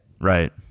Right